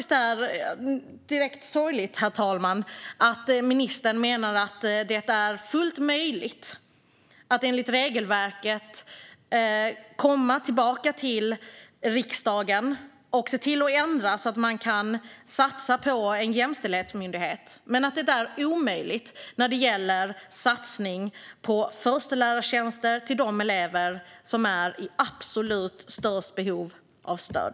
Det är direkt sorgligt att ministern menar att det är fullt möjligt att enligt regelverket komma tillbaka till riksdagen och se till att ändra så att man kan satsa på en jämställdhetsmyndighet men att det är omöjligt när det gäller en satsning på förstelärartjänster för de elever som är i absolut störst behov av stöd.